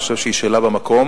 אני חושב שהיא שאלה במקום.